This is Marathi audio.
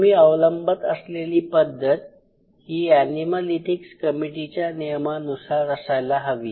तुम्ही अवलंबत असलेली पद्धत ही ऍनिमल इथिक्स् कमिटीच्या नियमानुसार असायला हवी